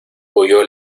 huyó